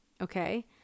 okay